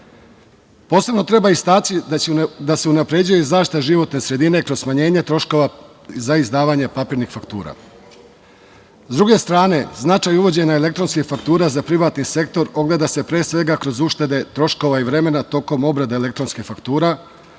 treba istaći da se unapređuje i zaštita životne sredine kroz smanjenje troškova za izdavanje papirnih faktura.S druge strane, značaj uvođenja elektronske fakture za privatni sektor ogleda se pre svega kroz uštede troškova i vremena tokom obrade elektronskih faktura,